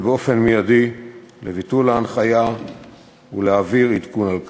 באופן מיידי לביטול ההנחיה ולהעביר עדכון על כך.